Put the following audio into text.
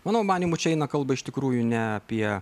mano manymu čia eina kalba iš tikrųjų ne apie